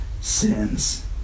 sins